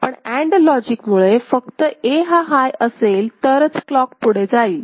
पण and logic मुळे फक्त A हा हाय असेल तरच क्लॉक पुढे जाईल